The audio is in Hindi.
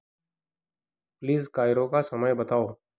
प्लीज़ कायरो का समय बताओ